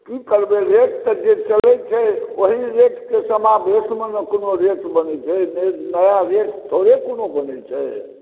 की करबै रेट तऽ जे चलै छै ओहन रेटमे समान देशमे कोनो रेट बनै छै नया रेट थोड़ो कोनो बनै छै